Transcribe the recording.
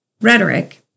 rhetoric